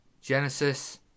Genesis